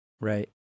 Right